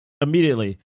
immediately